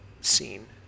scene